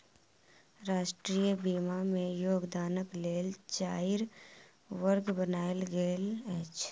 राष्ट्रीय बीमा में योगदानक लेल चाइर वर्ग बनायल गेल अछि